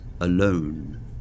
alone